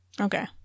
Okay